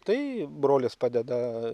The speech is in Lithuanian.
tai brolis padeda